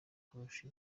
kurusha